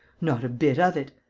not a bit of it!